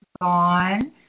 gone